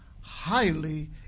highly